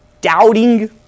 doubting